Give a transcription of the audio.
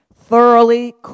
thoroughly